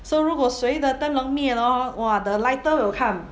so 如果谁的灯笼灭了 hor !wah! the lighter will come